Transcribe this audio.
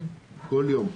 בכל יום.